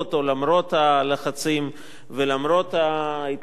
למרות הלחצים ולמרות ההתלבטויות.